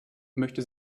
möchte